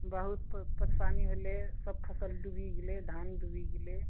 बहुत परेशानी भेलए सब फसल डूबी गेलै धान डूबी गेलै